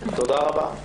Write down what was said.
תודה רבה.